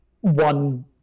one